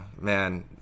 Man